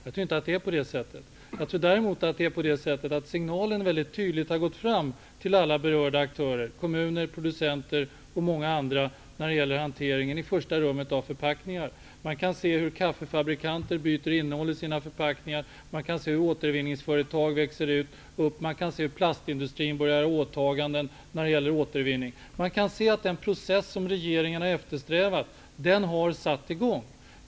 Jag tror däremot att signalen väldigt tydligt har gått fram till alla berörda aktörer, kommuner, producenter och många andra när det gäller hanteringen av i första rummet förpackningar. Man kan se hur många kaffeproducenter byter material i sina förpackningar. Man kan se hur återvinningsföretag växer fram. Man kan se hur plastindustrin börjar åtaganden när det gäller återvinning. Man kan se att den process som regeringen har eftersträvat har satt i gång.